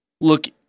look